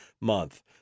month